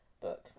book